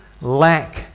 lack